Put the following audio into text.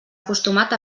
acostumat